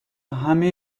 همه